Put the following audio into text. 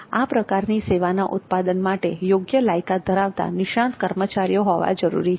આ પ્રકારની સેવાના ઉત્પાદન માટે યોગ્ય લાયકાત ધરાવતા નિષ્ણાત કર્મચારીઓ હોવા જરૂરી છે